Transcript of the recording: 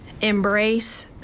embrace